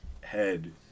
head